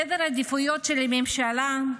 סדר העדיפויות של הממשלה,